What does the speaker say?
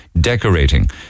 decorating